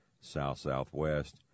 south-southwest